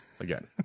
again